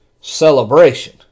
celebration